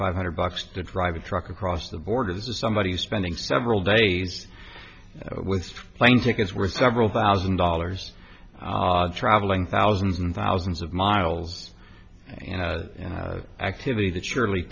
five hundred bucks to drive a truck across the border to somebody spending several days with plane tickets were several thousand dollars traveling thousands and thousands of miles and an activity that surely